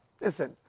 listen